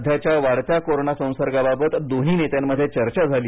सध्याच्या वाढत्या कोरोना संसर्गाबाबत दोन्ही नेत्यांमध्ये चर्चा झाली